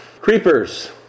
creepers